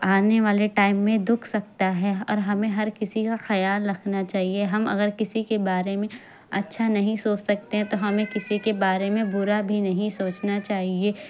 آنے والے ٹائم میں دکھ سکتا ہے اور ہمیں ہر کسی کا خیال رکھنا چاہیے ہم اگر کسی کے بارے میں اچھا نہیں سوچ سکتے ہیں تو ہمیں کسی کے بارے میں برا بھی نہیں سوچنا چاہیے